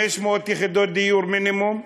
500 יחידות דיור מינימום,